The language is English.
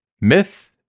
myth